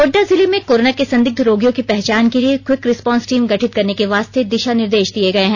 गोड्डा जिले में कोरोना के संदिग्ध रोगियों की पहचान के लिए क्विक रिस्पांस टीम गठित करने के वास्ते दिशा निर्देश दिए गए है